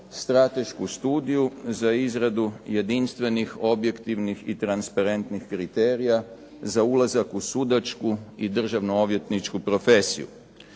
stratešku Studiju za izradu jedinstvenih, objektivnih i transparentnih kriterija za ulazak u sudačku i državno odvjetničku profesiju.